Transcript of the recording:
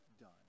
done